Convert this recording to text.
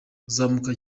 kuzamuka